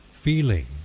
feeling